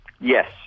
Yes